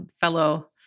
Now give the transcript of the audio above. fellow